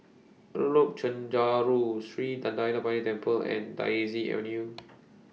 Chencharu Sri Thendayuthapani Temple and Daisy Avenue